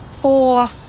four